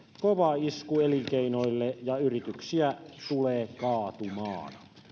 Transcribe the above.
kova isku elinkeinoille ja yrityksiä tulee kaatumaan